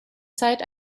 zeit